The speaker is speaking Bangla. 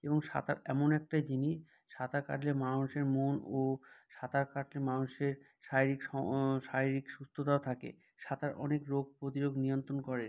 এবং সাঁতার এমন একটা জিনিস সাঁতার কাটলে মানুষের মন ও সাঁতার কাটলে মানুষের শারীরিক শারীরিক সুস্ততাও থাকে সাঁতার অনেক রোগ প্রতিরোধ নিয়ন্ত্রণ করে